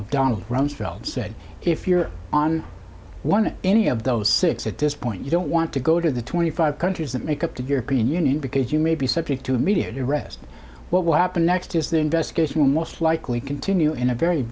of donald rumsfeld said if you're on one any of those six at this point you don't want to go to the twenty five countries that make up to european union because you may be subject to immediate arrest and what will happen next is the investigation will most likely continue in a very